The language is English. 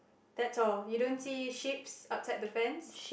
that's all you don't see sheep's outside the fence